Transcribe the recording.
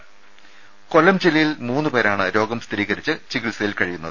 രുര കൊല്ലം ജില്ലയിൽ മൂന്ന് പേരാണ് രോഗം സ്ഥിരീകരിച്ച് ചികിത്സയിൽ കഴിയുന്നത്